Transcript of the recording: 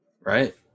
Right